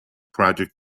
project